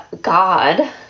God